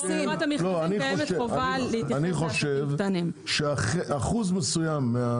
אני חושב שאחוז מסוים,